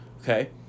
Okay